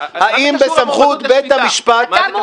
האם בסמכות בית המשפט --- מה זה קשור,